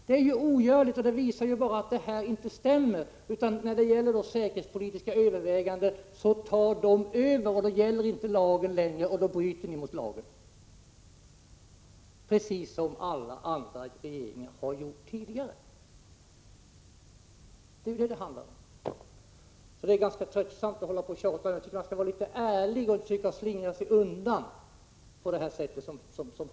Det är orimligt, och det visar att det är något som inte stämmer — när det gäller säkerhetspolitiska överväganden bryter ni mot lagen, precis som alla andra regeringar har gjort tidigare. Det är vad det handlar om! Det är ganska tröttsamt att hålla på och tjata. Jag tycker att man skall vara litet ärlig och inte försöka slingra sig undan på detta sätt.